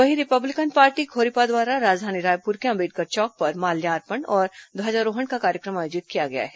वहीं Republican party खोरिपा द्वारा राजधानी रायपुर के अंबेडकर चौक पर माल्यार्पण और ध्वजारोहण का कार्यक्रम आयोजित किया गया है